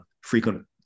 frequent